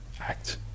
act